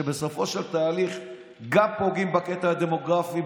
שבסופו של תהליך גם פוגעות בקטע הדמוגרפי,